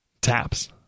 Taps